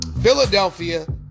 Philadelphia